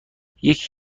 یکی